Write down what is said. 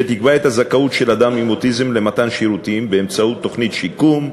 שתקבע את הזכאות של אדם עם אוטיזם למתן שירותים באמצעות תוכנית שיקום,